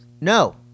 No